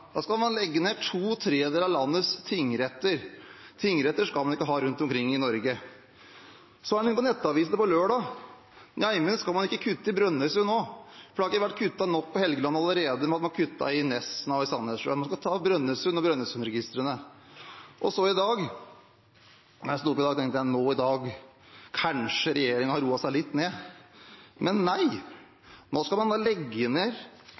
Da skal man legge ned to tredeler av landets tingretter – tingretter skal man ikke ha rundt omkring i Norge. Så er jeg inne på nettavisene på lørdag. Neimen skal man ikke kutte i Brønnøysund også, for det har ikke vært kuttet nok på Helgeland allerede i og med kuttene i Nesna og Sandnessjøen – man skal nå ta Brønnøysund og Brønnøysundregistrene. Da jeg sto opp i dag, tenkte jeg at nå har regjeringen kanskje roet seg litt ned – men nei. Nå skal man legge